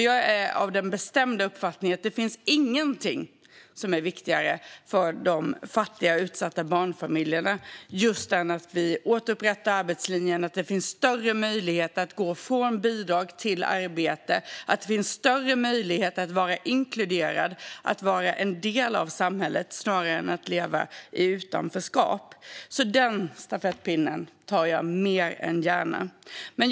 Jag är av den bestämda uppfattningen att det inte finns någonting som är viktigare för de fattiga, utsatta barnfamiljerna än att vi återupprättar arbetslinjen så att det finns större möjligheter att gå från bidrag till arbete och större möjligheter att vara inkluderad - att vara en del av samhället snarare än att leva i utanförskap. Den stafettpinnen tar jag alltså mer än gärna emot.